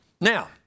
now